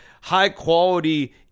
high-quality